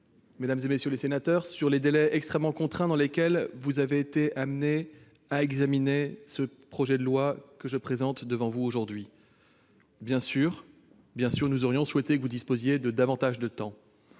jamais. J'entends vos critiques sur les délais extrêmement contraints dans lesquels vous avez été amenés à examiner le projet de loi que je vous présente aujourd'hui. Bien sûr, nous aurions souhaité que vous disposiez de davantage de temps.